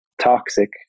toxic